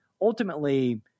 ultimately